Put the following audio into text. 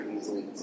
easily